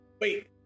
Wait